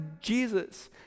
Jesus